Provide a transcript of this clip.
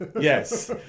Yes